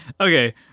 okay